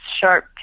sharp